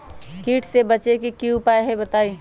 कीट से बचे के की उपाय हैं बताई?